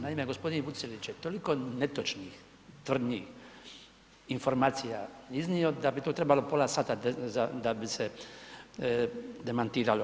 Naime, g. Vucelić je toliko netočnih tvrdnji, informacija iznio da bi to trebalo pola sata da bi se demantiralo.